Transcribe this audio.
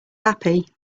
happy